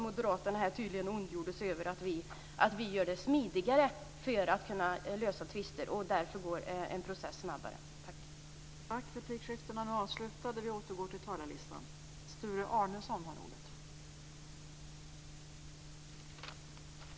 Moderaterna ondgjorde sig över att vi gör det smidigare att lösa tvister och därför får en snabbare process.